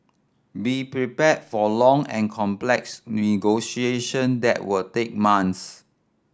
be prepared for long and complex negotiation that will take month